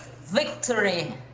victory